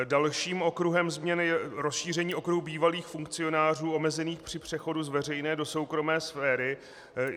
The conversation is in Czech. Dalším okruhem změn je rozšíření okruhu bývalých funkcionářů omezených při přechodu z veřejné do soukromé sféry.